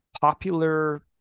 popular